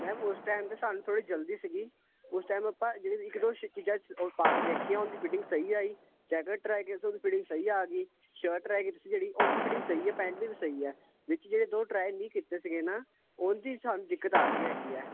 ma'am ਉਸ time ਤੇ ਸਾਨੂੰ ਥੋੜੀ ਜਲਦੀ ਸੀਗੀ ਉਸ ਟਾਈਮ ਆਪਾਂ ਜਿਹੜੀ ਇੱਕ ਦੋ ਚੀਜ਼ਾਂ ਪਾ ਕੇ ਦੇਖੀਆਂ ਉਹਨ ਦੀ ਫਿਟਿੰਗ ਸਹੀ ਆਈ ਜੈਕਟ ਟਰਾਈ ਕੀਤੀ ਉਹਦੀ ਫੀਟਿੰਗ ਸਹੀ ਆ ਗਈ ਸ਼ਰਟ ਰਹਿ ਗਈ ਤੁਸੀਂ ਜਿਹੜੀ ਉਹਦੀ ਫੀਟਿੰਗ ਸਹੀ ਹ ਪੈਂਟ ਦੀ ਵੀ ਸਹੀ ਹ ਵਿੱਚ ਜਿਹੜੇ ਦੋ ਟਰਾਈ ਨਹੀਂ ਕੀਤੇ ਸੀਗੇ ਨਾ ਉਹਨਦੀ ਸਾਨੂੰ ਦਿੱਕਤ ਆ ਰਹੀ ਹੈਗੀ ਆ